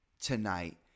tonight